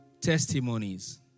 Testimonies